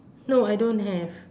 no I don't have